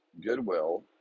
Goodwill